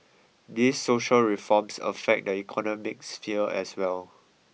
these social reforms affect the economic sphere as well